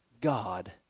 God